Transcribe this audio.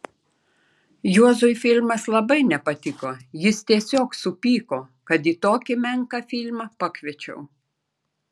juozui filmas labai nepatiko jis tiesiog supyko kad į tokį menką filmą pakviečiau